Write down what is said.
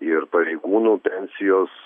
ir pareigūnų pensijos